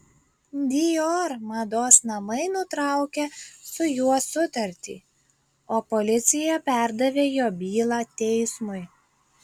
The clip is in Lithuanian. dior mados namai nutraukė su juo sutartį o policija perdavė jo bylą teismui